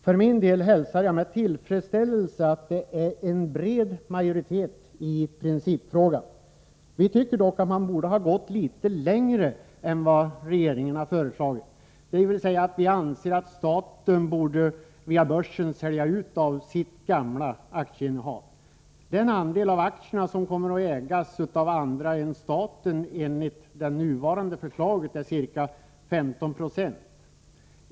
För min del hälsar jag med tillfredsställelse att det är en bred majoritet i principfrågan. Vi tycker dock att man borde gå litet längre än vad regeringen föreslagit. Vi anser således att staten via börsen borde sälja ut av sitt gamla aktieinnehav. Den andel av aktierna som kommer att ägas av andra än staten blir enligt regeringens förslag ca 15 96.